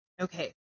Okay